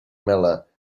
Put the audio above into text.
miller